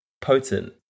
potent